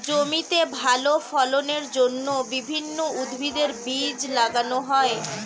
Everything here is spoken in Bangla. জমিতে ভালো ফলনের জন্য বিভিন্ন উদ্ভিদের বীজ লাগানো হয়